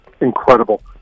incredible